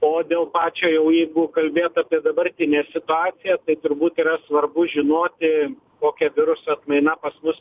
o dėl pačio jau jeigu kalbėt apie dabartinę situaciją tai turbūt yra svarbu žinoti kokia viruso atmaina pas mus